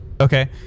Okay